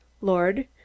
LORD